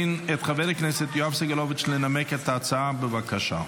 יואב סגלוביץ' לנמק את ההצעה, בבקשה.